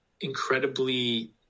incredibly